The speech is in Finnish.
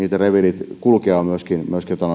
reviirit kulkea ovat myöskin laajoja kyllä tässä näen